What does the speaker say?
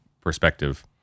perspective